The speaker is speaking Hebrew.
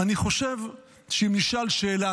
אני חושב שאם נשאל שאלה,